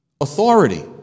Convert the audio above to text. Authority